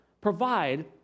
provide